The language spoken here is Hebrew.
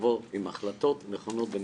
ולבוא עם החלטות נכונות ונבונות.